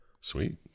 Sweet